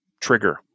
trigger